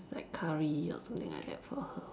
like curry or something like that for her